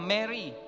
Mary